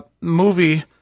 movie